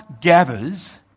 gathers